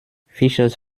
fischers